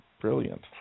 brilliant